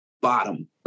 bottom